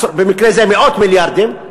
ובמקרה זה מאות מיליארדים,